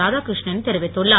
இராதாகிருஷ்ணன் தெரிவித்துள்ளார்